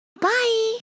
Bye